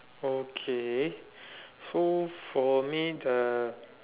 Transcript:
okay so for me the